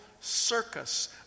circus